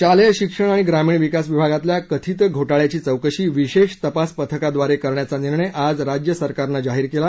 शालेय शिक्षण आणि ग्रामीण विकास विभागातल्या कथित घोटाळ्याची चौकशी विशेष तपास पथकाद्वारे करण्याचा निर्णय आज राज्य सरकारनं जाहीर केला